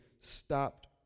stopped